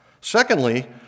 Secondly